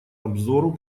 обзору